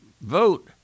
vote